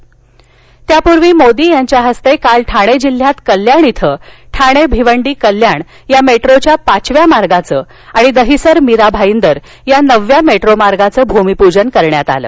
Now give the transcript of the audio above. metro त्यापूर्वी मोदी यांच्या हस्ते काल ठाणे जिल्ह्यात कल्याण श्रें ठाणे भिवंडी कल्याण या मेट्रोच्या पाचव्या मार्गाचं आणि दहिसर मीरा भाईदर या नवव्या मेट्रोमार्गाचं भूमिपूजन करण्यात आलं